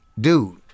Dude